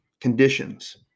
conditions